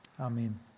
Amen